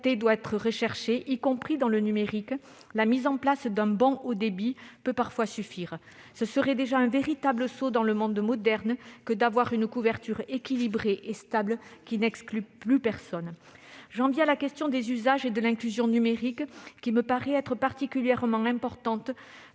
doit être recherchée, y compris dans le numérique, la mise en place d'un « bon » haut débit peut parfois suffire. Ce serait déjà un véritable saut dans le monde moderne que d'avoir une couverture équilibrée et stable n'excluant plus personne. J'en viens à la question des usages et de l'inclusion numérique, qui me paraît particulièrement importante